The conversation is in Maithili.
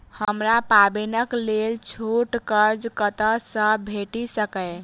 हमरा पाबैनक लेल छोट कर्ज कतऽ सँ भेटि सकैये?